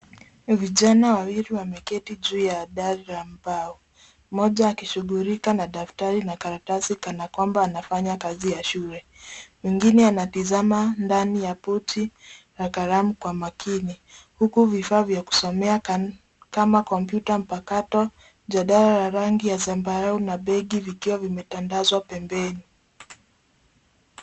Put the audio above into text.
Vijana wawili wameketi juu ya dari la mbao mmoja akishughulika na daftari na karatasi kana kwamba anafanya kazi ya shule, wengine wanatazama ndani ya pochi na kalamu kwa makini huku vifaa vya kusomea kama kompyuta mpakato jadala ya rangi zambararu na begi vikiwa vimetandazwa pembeni.